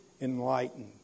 enlightened